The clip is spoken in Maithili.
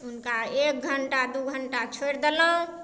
हुनका एक घंटा दू घंटा छोड़ि देलहुॅं